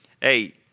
Hey